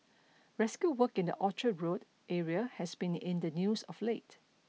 rescue work in the Orchard Road area has been in the news of late